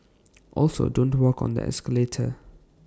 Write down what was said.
also don't walk on the escalator